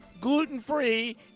gluten-free